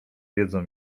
wiedzą